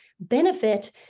benefit